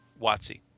Watsy